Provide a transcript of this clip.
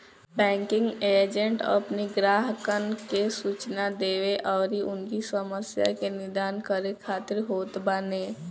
banking agent अपनी ग्राहकन के सूचना देवे अउरी उनकी समस्या के निदान करे खातिर होत बाने